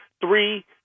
three